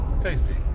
Tasty